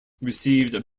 received